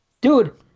Dude